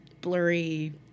blurry